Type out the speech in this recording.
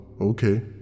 okay